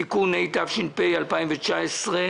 (תיקון), התש"ף-2019.